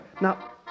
Now